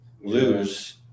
lose